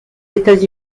états